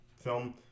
film